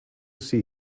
see